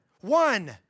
one